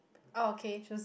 orh K